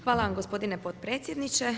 Hvala vam gospodine potpredsjedniče.